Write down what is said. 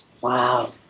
Wow